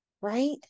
right